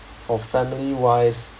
for family wise